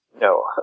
no